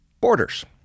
borders